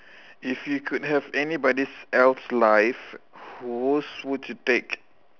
if you could have anybody's else life whose would you take